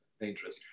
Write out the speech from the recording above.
dangerous